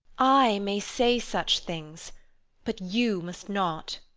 i may say such things but you must not.